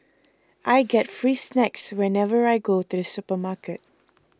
I get free snacks whenever I go to supermarket